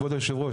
כבוד יושב הראש,